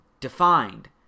defined